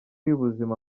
y’ubuzima